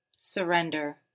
Surrender